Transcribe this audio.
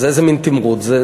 אז איזה מין תמרוץ זה?